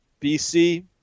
BC